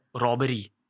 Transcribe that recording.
robbery